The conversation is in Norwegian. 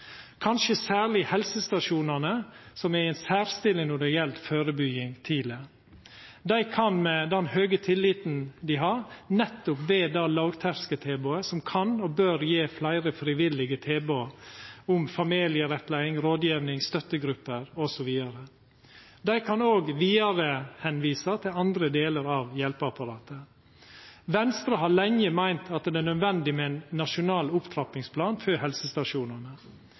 Kanskje særleg helsestasjonane er i ei særstilling når det gjeld tidleg førebygging. Med den høge tilliten dei har, og nettopp med lavterskeltilbodet, kan og bør dei gje fleire frivillige tilbod – om familierettleiing, rådgjeving, støttegrupper osv. Dei kan òg visa vidare til andre delar av hjelpeapparatet. Venstre har lenge meint at det er nødvendig med ein nasjonal opptrappingsplan for helsestasjonane.